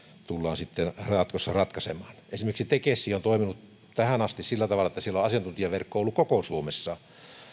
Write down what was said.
tullaan jatkossa ratkaisemaan esimerkiksi tekes on toiminut tähän asti sillä tavalla että sillä on asiantuntijaverkko ollut koko suomessa